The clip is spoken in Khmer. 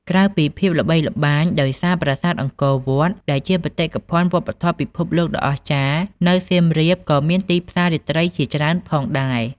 ក្រៅពីភាពល្បីល្បាញដោយសារប្រាសាទអង្គរវត្ត ដែលជាបេតិកភណ្ឌវប្បធម៌ពិភពលោកដ៏អស្ចារ្យ នៅសៀមរាបក៏មានទីផ្សាររាត្រីជាច្រើនផងដែរ។